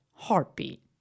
heartbeat